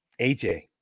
AJ